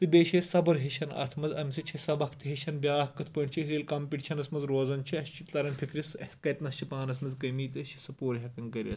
تہٕ بیٚیہِ چھِ أسۍ صبر ہیٚچھان اَتھ منٛز اَمہِ سۭتۍ چھِ أسۍ سبق تہِ ہیٚچھان بیٛاکھ کٕتھ پٲٹھۍ چھِ أسۍ ییٚلہِ کَمپٹِشَنَس منٛز روزان چھِ اَسہِ چھُ تَران فِکرِ اَسہِ کَتہِ نَس چھِ پانَس منٛز کمی تہٕ أسۍ چھِ سۄ پوٗرٕ ہٮ۪کان کٔرِتھ